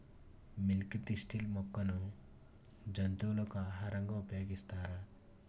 Milk thistle మొక్కను జంతువులకు ఆహారంగా ఉపయోగిస్తారా?